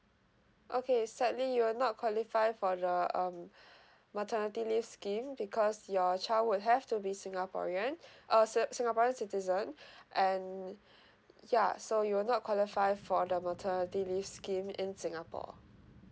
okay sadly you're not qualify for the um maternity leave scheme because your child will have to be singaporean a si~ singaporean citizen and ya so you will not qualify for the maternity leave scheme in singapore